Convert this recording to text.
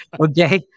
okay